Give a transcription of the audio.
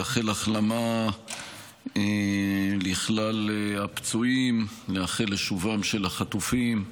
לאחל החלמה לכלל הפצועים, לייחל לשובם של החטופים,